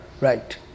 Right